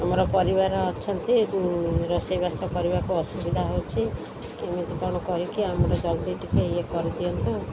ଆମର ପରିବାର ଅଛନ୍ତି ରୋଷେଇବାସ କରିବାକୁ ଅସୁବିଧା ହେଉଛିି କେମିତି କ'ଣ କରିକି ଆମର ଜଲ୍ଦି ଟିକେ ଇଏ କରିଦିଅନ୍ତୁ